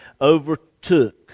overtook